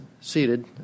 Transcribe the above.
seated